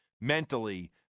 mentally